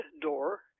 door